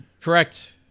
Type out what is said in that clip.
Correct